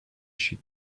she